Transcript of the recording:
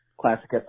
classic